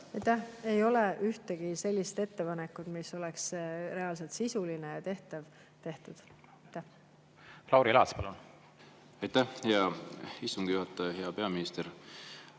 tehtud ühtegi sellist ettepanekut, mis oleks reaalselt sisuline ja tehtav. Lauri Laats, palun! Aitäh, hea istungi juhataja! Hea peaminister!